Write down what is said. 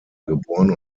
geboren